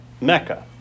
Mecca